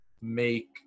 make